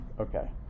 Okay